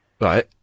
Right